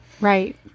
Right